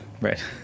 right